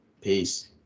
Peace